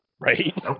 Right